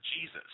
Jesus